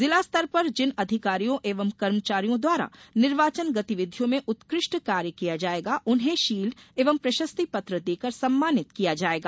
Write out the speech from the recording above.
जिला स्तर पर जिन अधिकारियों एवं कर्मचारियों द्वारा निर्वाचन गतिविधियों में उत्कृष्ट कार्य किया जायेगा उन्हें शील्ड एवं प्रशस्ति पत्र देकर सम्मानित किया जायेगा